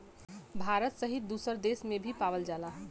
भारत सहित दुसर देस में भी पावल जाला